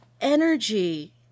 energy